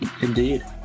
Indeed